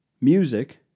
music